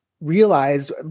realized